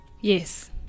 Yes